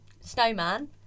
snowman